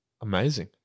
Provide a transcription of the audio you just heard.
Amazing